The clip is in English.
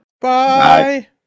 Bye